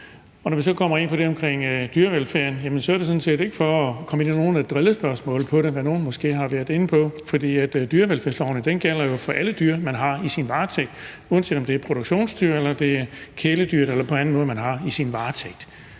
Når vi så kommer ind på det om dyrevelfærden, vil jeg sige – og det er ikke for at komme med drillespørgsmål, hvad nogle måske har været inde på – at dyrevelfærdsloven jo gælder for alle dyr, man har i sin varetægt, uanset om det er produktionsdyr, kæledyr eller dyr, man på anden måde har i sin varetægt.